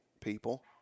people